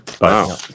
Wow